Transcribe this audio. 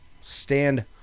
Stand